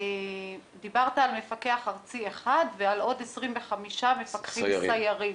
דיברת על מפקח ארצי אחד ועל עוד 25 מפקחים סיירים.